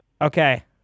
okay